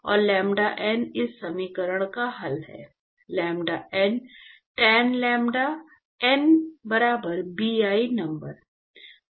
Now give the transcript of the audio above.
और lambda n इस समीकरण का हल है lambda n tan lambda n बराबर Bi नंबर